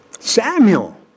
Samuel